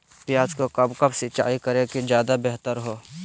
प्याज को कब कब सिंचाई करे कि ज्यादा व्यहतर हहो?